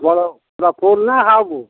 ବଡ଼ ପୁରା ଫୁଲ ନା ହାଫ୍